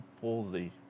palsy